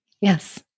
Yes